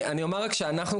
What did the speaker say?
אני אומר רק שאנחנו,